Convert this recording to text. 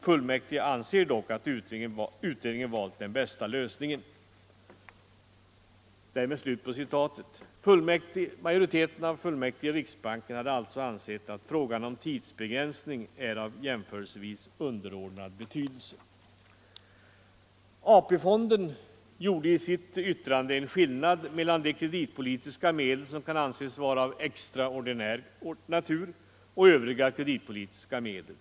Fullmäktige anser dock att utredningen valt den bästa lös ningen.” — Majoriteten av fullmäktige i riksbanken hade alltså ansett att frågan om tidsbegränsning är av jämförelsevis underordnad betydelse. AP-fonden gjorde i sitt yttrande en skillnad mellan de kreditpolitiska medel som kan anses vara av extraordinär natur och övriga kreditpolitiska medel.